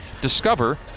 discover